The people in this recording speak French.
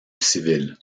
civile